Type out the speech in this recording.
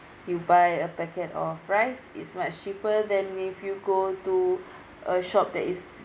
you buy a packet of rice is much cheaper than if you go to a shop that is